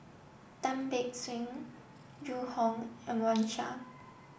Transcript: Tan Beng Swee Zhu Hong and Wang Sha